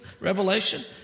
revelation